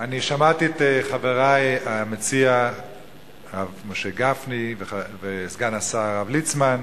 שמעתי את חברי, המציע משה גפני, סגן השר ליצמן,